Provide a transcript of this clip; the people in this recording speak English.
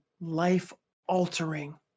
life-altering